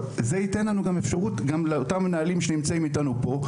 זה ייתן לנו גם אפשרות גם לאותם מנהלים שנמצאים איתנו פה,